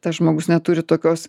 tas žmogus neturi tokios